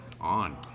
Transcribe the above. on